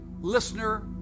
listener